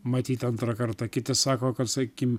matyt antrą kartą kiti sako kad sakykim